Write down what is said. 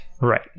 Right